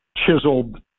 chiseled